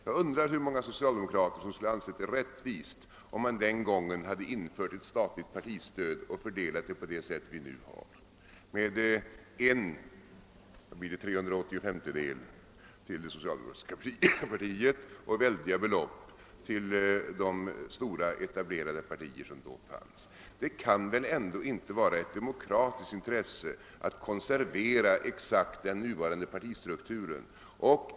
Jag undrar hur många socialdemokrater som skulle ha ansett det rättvist att den gången införa ett statligt partistöd och fördela det så, att en trehundraåttiofemtedel gått till det socialdemokratiska partiet, medan väldiga belopp gått till de stora etablerade partier som då fanns. Det kan väl inte vara ett demokratiskt intresse att konservera exakt den nuvarande partistrukturen.